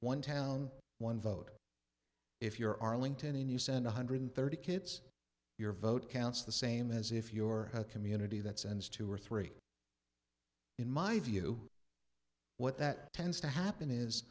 one town one vote if you're arlington and you send one hundred thirty kids your vote counts the same as if you're a community that sends two or three in my view what that tends to happen is